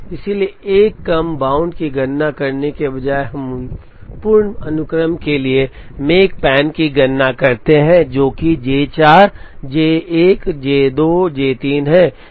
इसलिए एक कम बाउंड की गणना करने के बजाय हम पूर्ण अनुक्रम के लिए मेकपैन की गणना करते हैं जो कि जे 4 जे 1 जे 2 और जे 3 है